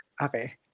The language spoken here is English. Okay